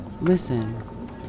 listen